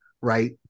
right